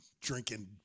drinking